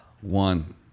One